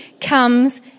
comes